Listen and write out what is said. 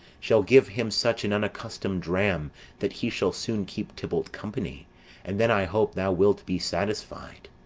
shall give him such an unaccustom'd dram that he shall soon keep tybalt company and then i hope thou wilt be satisfied.